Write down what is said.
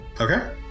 Okay